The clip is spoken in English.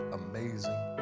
amazing